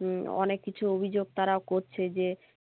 হুম অনেক কিছুর অভিযোগ তারাও করছে যে